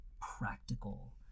practical